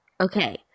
Okay